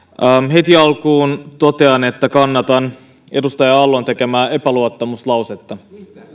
heti alkuun totean että kannatan edustaja aallon tekemää epäluottamuslausetta